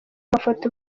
mafoto